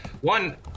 one